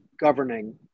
governing